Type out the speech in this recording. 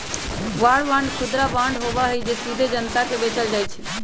war bond खुदरा bond होबा हई जो सीधे जनता के बेचल जा हई